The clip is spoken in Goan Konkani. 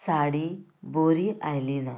साडी बरी आयली ना